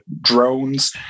drones